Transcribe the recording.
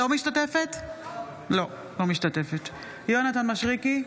משתתפת בהצבעה יונתן מישרקי,